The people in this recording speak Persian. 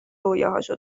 رویاهاشو